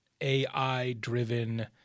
AI-driven